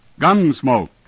Gunsmoke